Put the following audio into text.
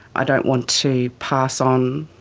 i don't want to pass on